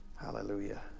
Hallelujah